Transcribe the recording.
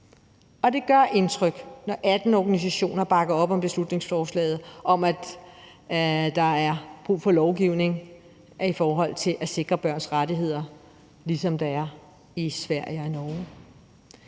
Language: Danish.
Og det gør indtryk, når 18 organisationer bakker op om beslutningsforslaget om, at der er brug for lovgivning i forhold til at sikre børns rettigheder, ligesom der er i Sverige og i Norge.